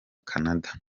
canada